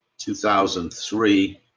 2003